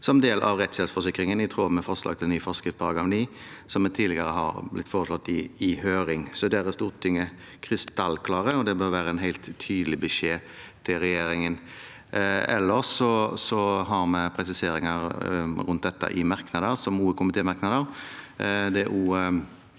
som del av rettshjelpsforsikringen i tråd med forslag til ny forskrift § 9, som tidligere har blitt foreslått i høring. Der er Stortinget krystallklare, og det bør være en helt tydelig beskjed til regjeringen. Ellers har vi presiseringer av dette i gode komitémerknader.